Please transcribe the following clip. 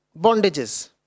bondages